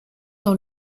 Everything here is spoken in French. dans